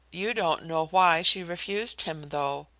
you don't know why she refused him, though.